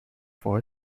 for